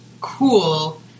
cool